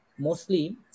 Mostly